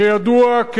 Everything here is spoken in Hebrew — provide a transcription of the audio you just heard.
שידוע,